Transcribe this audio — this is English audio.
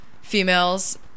females